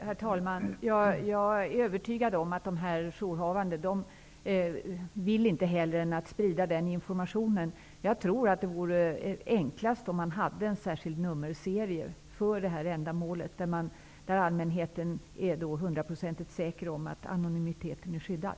Herr talman! Jag är övertygad om att man hos dessa jourhavande funktioner inget hellre vill än att sprida den informationen. Jag tror att det vore enklast om man hade en särskild nummerserie för detta ändamål, så att allmänheten är hundraprocentigt säker på att anonymiteten är skyddad.